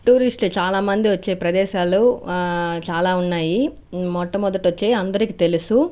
టూరిస్టులు చాలామంది వచ్చే ప్రదేశాలు చాలా ఉన్నాయి మొట్ట మొదటిది వచ్చి అందరికి తెలుసు